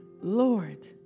Lord